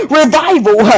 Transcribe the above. revival